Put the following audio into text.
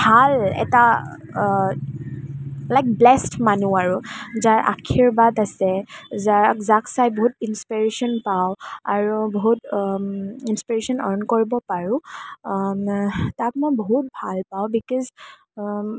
ভাল এটা like blessed মানুহ আৰু যাৰ আশীৰ্বাদ আছে যাৰ যাক চাই বহুত ইন্সপিৰেশ্যন পাওঁ আৰু বহুত ইন্সপিৰেশ্যন আৰ্ণ কৰিব পাৰোঁ তাক মই বহুত ভাল পাওঁ বিকজ